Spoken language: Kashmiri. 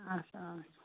اَسَلام علیکُم